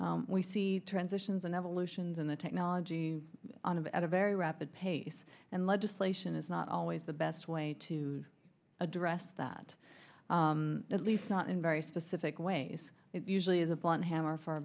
quickly we see transitions and evolutions in the technology on of at a very rapid pace and legislation is not always the best way to address that at least not in very specific ways it usually is a blunt hammer for a